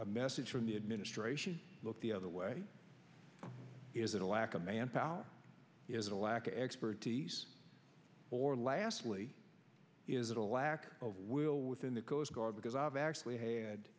a message from the administration look the other way is it a lack of manpower is a lack of expertise or lastly is it a lack of will within the coast guard because i've actually had